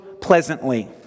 pleasantly